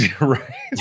Right